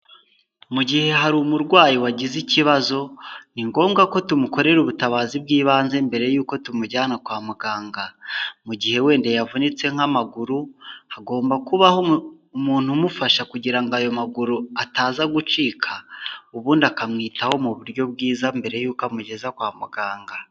Mu gihe hari umurwayi wagize ikibazo ni ngombwa ko tumukorera ubutabazi bw'ibanze mbere y'uko tumujyana kwa muganga, mu gihe wenda yavunitse nk'amaguru hagomba kubaho umuntu umufasha kugira ngo ayo maguru ataza gucika, ubundi akamwitaho mu buryo bwiza mbere y'uko amugeza kwa muganga.